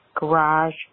garage